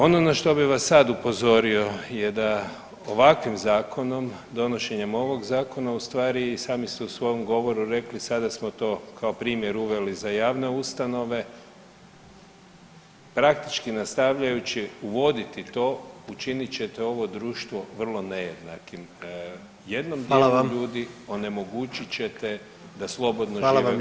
Ono na što bi vas sad upozorio je da ovakvim zakonom, donošenjem ovog zakona ustvari sami ste u svom govoru rekli sada smo to kao primjer uveli za javne ustanove, praktički nastavljajući uvoditi to učinit ćete ovo društvo vrlo nejednakim [[Upadica predsjednik: Hvala vam.]] Jednom dijelu ljudi onemogućit ćete da slobodno žive u ovoj zemlji.